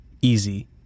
Easy